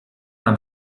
nam